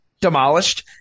demolished